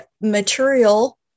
material